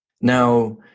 Now